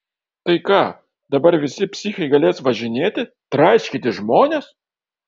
tai ką dabar visi psichai galės važinėti traiškyti žmones